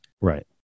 Right